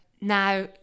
Now